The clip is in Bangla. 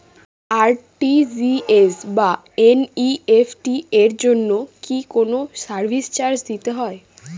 আর.টি.জি.এস বা এন.ই.এফ.টি এর জন্য কি কোনো সার্ভিস চার্জ দিতে হয়?